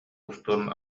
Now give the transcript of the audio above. устун